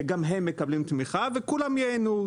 שגם הם מקבלים תמיכה וכולם ייהנו.